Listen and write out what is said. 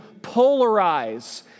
polarize